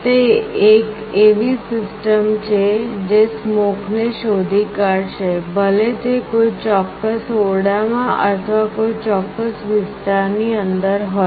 તે એક એવી સિસ્ટમ છે જે સ્મોક ને શોધી કાઢશે ભલે તે કોઈ ચોક્કસ ઓરડામાં અથવા કોઈ ચોક્કસ વિસ્તાર ની અંદર હોય